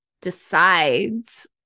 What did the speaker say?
decides